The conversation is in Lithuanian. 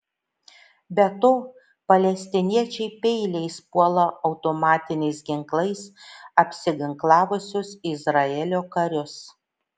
be to palestiniečiai peiliais puola automatiniais ginklais apsiginklavusius izraelio karius